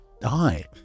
die